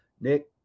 Nick